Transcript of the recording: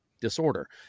disorder